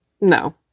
No